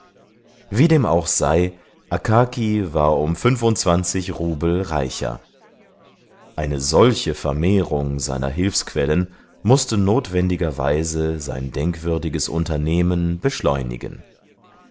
wie dem auch sei akaki war um fünfundzwanzig rubel reicher eine solche vermehrung seiner hilfsquellen mußte notwendigerweise sein denkwürdiges unternehmen beschleunigen